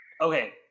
Okay